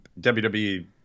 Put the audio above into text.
wwe